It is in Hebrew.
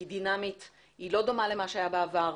היא דינמית, היא לא דומה למה שהיה בעבר.